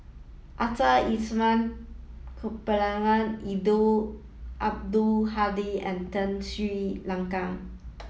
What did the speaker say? Arthur Ernest Percival Eddino Abdul Hadi and Tun Sri Lanang